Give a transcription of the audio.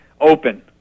open